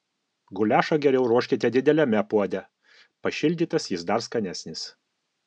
guliašą geriau ruoškite dideliame puode pašildytas jis dar skanesnis